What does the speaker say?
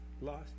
lost